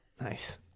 Nice